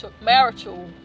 marital